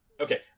Okay